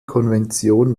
konvention